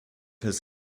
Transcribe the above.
his